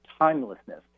timelessness